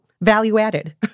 value-added